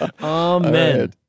Amen